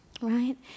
right